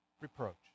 reproach